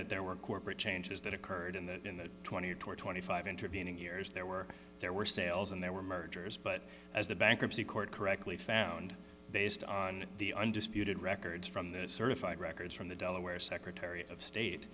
that there were corporate changes that occurred in the in the th or twenty five intervening years there were there were sales and there were mergers but as the bankruptcy court correctly found based on the undisputed records from that certified records from the delaware secretary of state